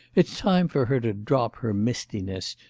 it's time for her to drop her mistiness,